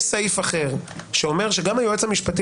יש סעיף אחר שאומר שגם היועץ המשפטי